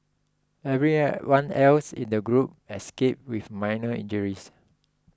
every one else in the group escaped with minor injuries